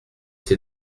ses